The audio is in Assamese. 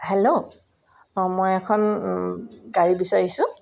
হেল্ল' অঁ মই এখন গাড়ী বিচাৰিছোঁ